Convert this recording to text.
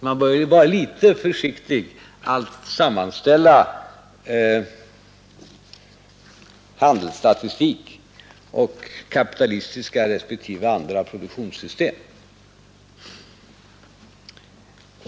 Man bör ju vara litet försiktig med att sammanställa handelsstatistik och kapitalistiska respektive andra produktionssystem.